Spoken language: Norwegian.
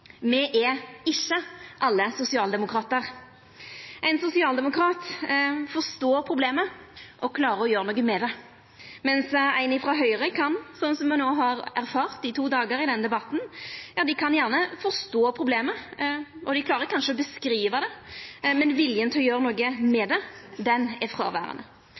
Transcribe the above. Me er ikkje alle sosialdemokratar. Ein sosialdemokrat forstår problemet og klarer å gjera noko med det, mens ein frå Høgre – slik me no har erfart i to dagar med denne debatten – gjerne kan forstå problemet, og dei klarer kanskje å beskriva det, men viljen til å gjera noko med det er fråverande. Det er